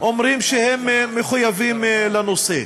אומרים שהם מחויבים לנושא.